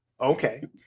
okay